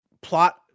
plot